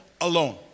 alone